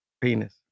penis